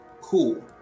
Cool